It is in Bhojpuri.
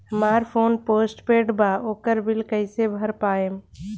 हमार फोन पोस्ट पेंड़ बा ओकर बिल कईसे भर पाएम?